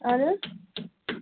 اہَن حظ